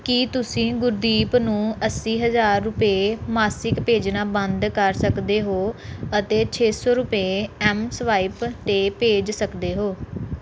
ਕੀ ਤੁਸੀਂ ਗੁਰਦੀਪ ਨੂੰ ਅੱਸੀ ਹਜ਼ਾਰ ਰੁਪਏ ਮਾਸਿਕ ਭੇਜਣਾ ਬੰਦ ਕਰ ਸਕਦੇ ਹੋ ਅਤੇ ਛੇ ਸੌ ਰੁਪਏ ਐੱਮ ਸਵਾਇਪ 'ਤੇ ਭੇਜ ਸਕਦੇ ਹੋ